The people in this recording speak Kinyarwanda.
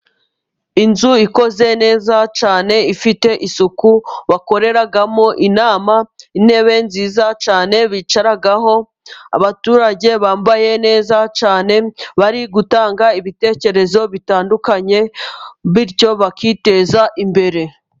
Inzu ikoze neza cyane ifite isuku bakoreramo inama. Intebe nziza cyane bicaraho. Abaturage bambaye neza cyane bari gutanga ibitekerezo byiza cyane bitandukanye bityo bakiteza imbere.